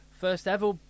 first-ever